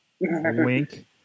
Wink